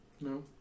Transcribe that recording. No